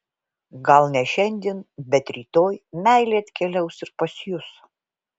gal ne šiandien bet rytoj meilė atkeliaus ir pas jus